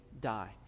die